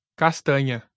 castanha